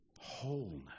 wholeness